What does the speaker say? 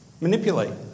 manipulate